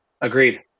Agreed